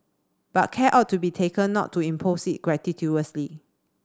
but care ought to be taken not to impose it gratuitously